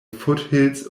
foothills